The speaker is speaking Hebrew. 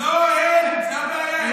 לא, אין, זו הבעיה.